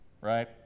right